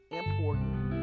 important